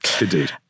Indeed